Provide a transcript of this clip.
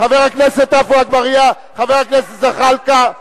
חבר הכנסת עפו אגבאריה.